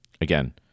again